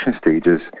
stages